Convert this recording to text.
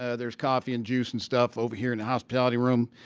ah there's coffee and juice and stuff over here in the hospitality room.